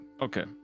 Okay